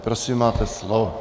Prosím, máte slovo.